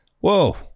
Whoa